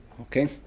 Okay